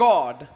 God